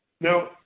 Now